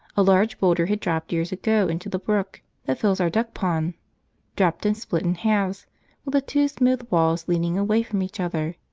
a large boulder had dropped years ago into the brook that fills our duck pond dropped and split in halves with the two smooth walls leaning away from each other.